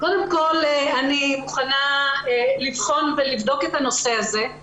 אני מוכנה לבחון ולבדוק את הנושא הזה.